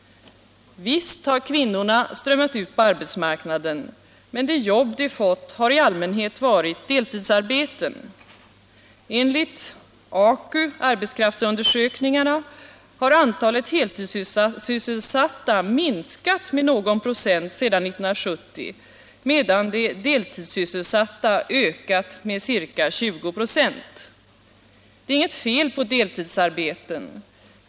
Visst har kvinnorna strömmat ut på arbetsmarknaden, men de jobb de fått har i allmänhet varit deltidsarbeten. Enligt statistiska centralbyråns arbetskraftsundersökningar har antalet heltidssysselsatta minskat med någon procent sedan 1970, medan de deltidssysselsatta har ökat med ca 20 96. Det är inget fel på deltidsarbeten.